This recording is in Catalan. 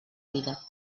vida